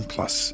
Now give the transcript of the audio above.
Plus